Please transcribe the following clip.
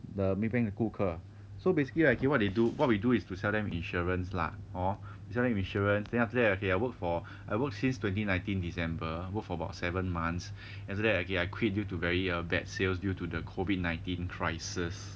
the maybank 的顾客 so basically okay right what they do what we do is to sell them insurance lah hor sell them insurance then after that okay I work for I work since twenty nineteen december work for about seven months after that okay I quit due to very err bad sales due to the COVID nineteen crisis